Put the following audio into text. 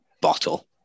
bottle